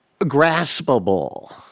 graspable